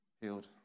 healed